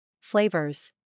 Flavors